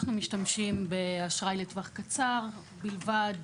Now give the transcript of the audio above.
אנחנו משתמשים באשראי לטווח קצר בלבד